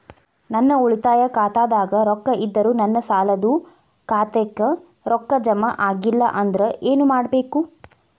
ನನ್ನ ಉಳಿತಾಯ ಖಾತಾದಾಗ ರೊಕ್ಕ ಇದ್ದರೂ ನನ್ನ ಸಾಲದು ಖಾತೆಕ್ಕ ರೊಕ್ಕ ಜಮ ಆಗ್ಲಿಲ್ಲ ಅಂದ್ರ ಏನು ಮಾಡಬೇಕು?